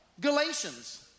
Galatians